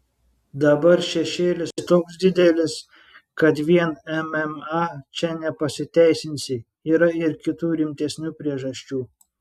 dabar šešėlis toks didelis kad vien mma čia nepasiteisinsi yra ir kitų rimtesnių priežasčių